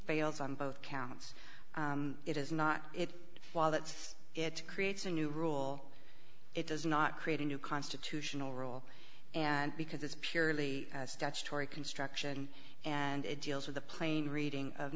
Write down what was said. fails on both counts it is not it while that it creates a new rule it does not create a new constitutional role and because it's purely a statutory construction and it deals with the plain reading of